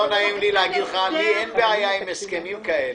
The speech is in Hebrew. לא נעים לי להגיד לך: אין לי בעיה עם הסכמים כאלה,